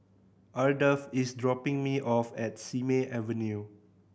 Ardath is dropping me off at Simei Avenue